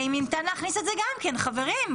אמרנו שנקיים דיון המשך לעניין הרישיונות,